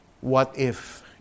what-if